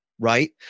right